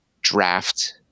draft